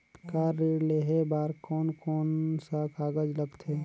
Car ऋण लेहे बार कोन कोन सा कागज़ लगथे?